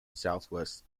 southwest